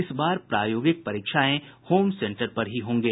इस बार प्रायोगिक परीक्षाएं होम सेंटर पर ही होंगे